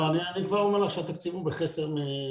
לא, אני כבר אומר לך שהתקציב הוא בחסר מלכתחילה.